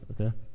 okay